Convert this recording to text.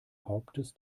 hauptes